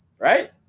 right